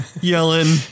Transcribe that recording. yelling